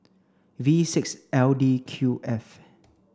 V six L D Q F